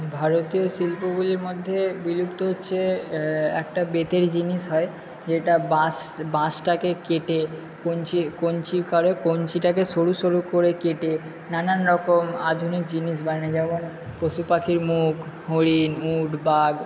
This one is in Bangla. ভারতের শিল্পগুলির মধ্যে বিলুপ্ত হচ্ছে একটা বেতের জিনিস হয় যেটা বাঁশ বাঁশটাকে কেটে কঞ্চি কঞ্চি করে কঞ্চিটাকে সরু সরু করে কেটে নানান রকম আধুনিক জিনিস বানায় যেমন পশুপাখির মুখ হরিণ উট বাঘ